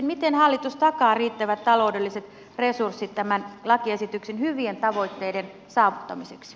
miten hallitus takaa riittävät taloudelliset resurssit tämän lakiesityksen hyvien tavoitteiden saavuttamiseksi